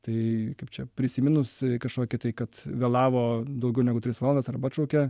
tai kaip čia prisiminus kažkokį tai kad vėlavo daugiau negu tris valandas arba atšaukė